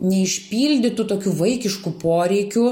neišpildytų tokių vaikiškų poreikių